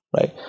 right